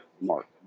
Mark